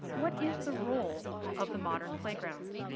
what is the role of the modern playground?